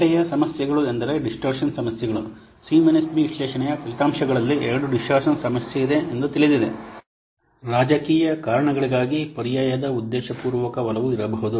ಬೇರೆಯ ಸಮಸ್ಯೆಗಳು ಎಂದರೆ ಡಿಸ್ಟೋರ್ಷನ್ ಸಮಸ್ಯೆಗಳು ಸಿ ಬಿ ವಿಶ್ಲೇಷಣೆಯ ಫಲಿತಾಂಶಗಳಲ್ಲಿ ಎರಡು ಡಿಸ್ಟೋರ್ಷನ್ ಗಳಿವೆ ಎಂದು ಮತ್ತೊಂದು ಸಮಸ್ಯೆ ತಿಳಿದಿದೆ ರಾಜಕೀಯ ಕಾರಣಗಳಿಗಾಗಿ ಪರ್ಯಾಯದ ಉದ್ದೇಶಪೂರ್ವಕ ಒಲವು ಇರಬಹುದು